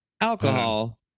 alcohol